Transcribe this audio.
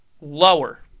Lower